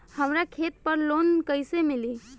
हमरा खेत पर लोन कैसे मिली?